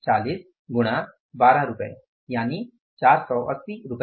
40 गुणा 12 रुपये 480 है